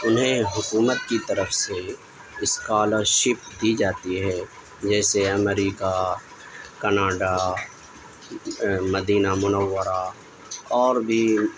انہیں حکومت کی طرف سے اسکالرشپ دی جاتی ہے جیسے امریکہ کناڈا مدینہ منورہ اور بھی